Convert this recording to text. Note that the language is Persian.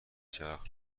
چرخ